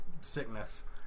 sickness